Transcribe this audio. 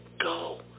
go